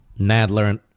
Nadler